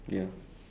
ya